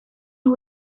nhw